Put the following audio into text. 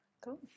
Cool